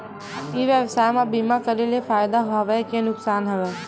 ई व्यवसाय म बीमा करे ले फ़ायदा हवय के नुकसान हवय?